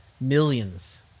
millions